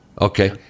Okay